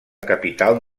capital